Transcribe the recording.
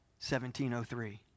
1703